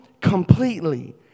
completely